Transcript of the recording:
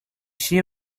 she